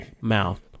Mouth